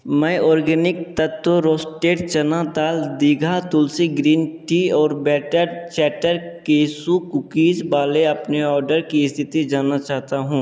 मैं organic Tattva roasted chana dal दिघा Tulsi green tea और बैटर चैटर केशु कूकीज वाले अपने ऑर्डर की स्तिथि जानना चाहता हूँ